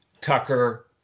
Tucker